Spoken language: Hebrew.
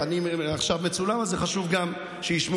אני עכשיו מצולם, אז זה חשוב שגם ישמעו.